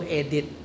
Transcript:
edit